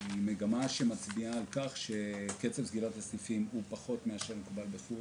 מצביעה על קצב נמוך יותר ממה שמקובל בחו"ל,